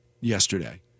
yesterday